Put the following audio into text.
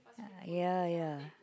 ah yeah yeah